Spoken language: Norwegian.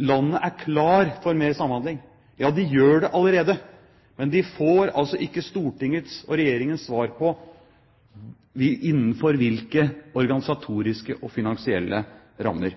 Landet er klart for mer samhandling. Ja, de gjør det allerede, men de får altså ikke Stortingets og Regjeringens svar på innenfor hvilke organisatoriske og finansielle rammer.